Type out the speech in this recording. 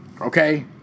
Okay